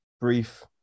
brief